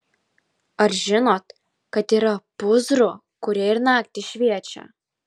ar žinot kad yra pūzrų kurie ir naktį šviečia